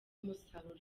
umusaruro